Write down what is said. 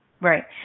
Right